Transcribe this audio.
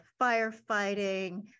firefighting